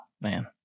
man